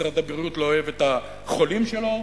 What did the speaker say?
ומשרד הבריאות לא אוהב את החולים שלו,